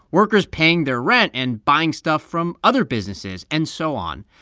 workers paying their rent and buying stuff from other businesses and so on.